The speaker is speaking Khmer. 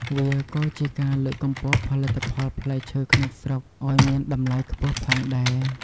វាក៏ជាការលើកកម្ពស់ផលិតផលផ្លែឈើក្នុងស្រុកឱ្យមានតម្លៃខ្ពស់ផងដែរ។